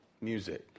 music